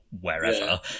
wherever